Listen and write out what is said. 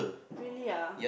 really ah